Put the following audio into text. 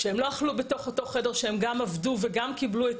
שהם לא אכלו בתוך אותו חדר שהם גם עבדו וגם קיבלו את